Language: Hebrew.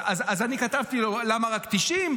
אז אני כתבתי לו: למה רק 90?